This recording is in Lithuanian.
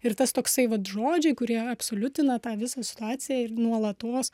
ir tas toksai vat žodžiai kurie absoliutina tą visą situaciją ir nuolatos